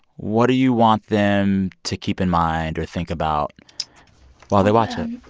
what do you want them to keep in mind or think about while they watch it?